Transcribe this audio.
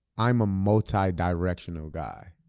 i'm a multi-directional guy.